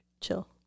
chill